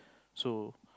so